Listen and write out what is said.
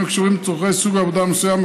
הקשורים בצורכי סוג עבודה מסוים,